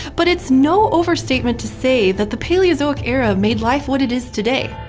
but it's no overstatement to say that the paleozoic era made life what it is today.